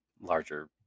larger